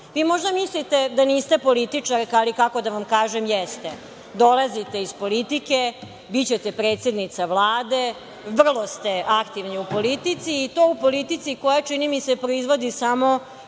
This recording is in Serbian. Vi možda mislite da niste političarka, ali kako da vam kažem, jeste. Dolazite iz politike, bićete predsednica Vlade, vrlo ste aktivni u politici i to u politici koja čini mi se, proizvodi samo